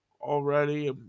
Already